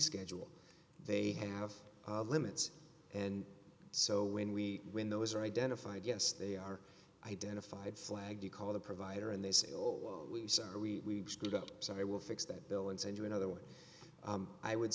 schedule they have limits and so when we when those are identified yes they are identified flagged you call the provider and they say oh sorry we screwed up so i will fix that bill and send you another one i would